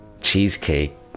cheesecake